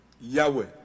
Yahweh